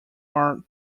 are